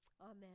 Amen